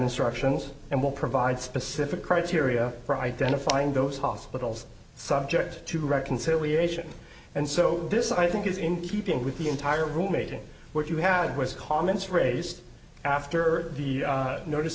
instructions and will provide specific criteria for identifying those hospitals subject to reconciliation and so this i think is in keeping with the entire rule making what you had was comments raised after the notice